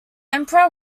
emperor